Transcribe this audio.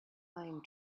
pine